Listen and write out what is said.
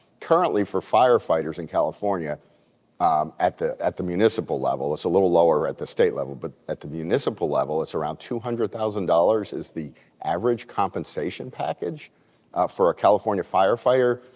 currently for firefighters in california at the at the municipal level, it's a little lower at the state level, but at the municipal level, it's around two hundred thousand dollars is the average compensation package for a california firefighter.